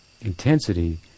intensity